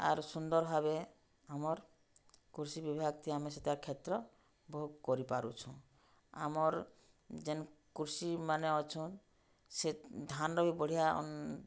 ଆର୍ ସୁନ୍ଦର ଭାବେ ଆମର୍ କୃଷି ବିଭାଗ ଆମେ ସେତେ କ୍ଷେତ୍ର ବହୁ କରିପାରୁଛୁଁ ଆମର୍ ଯେନ୍ କୃଷିମାନେ ଅଛନ୍ ସେ ଧାନର ବି ବଢ଼ିଆ